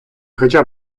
хоча